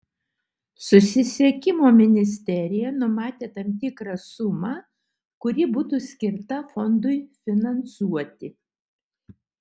susisiekimo ministerija numatė tam tikrą sumą kuri būtų skirta fondui finansuoti